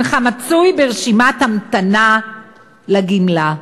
הנך מצוי ברשימת המתנה לגמלה".